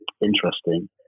interesting